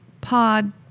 Pod